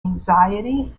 anxiety